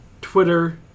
Twitter